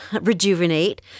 rejuvenate